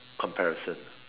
comparison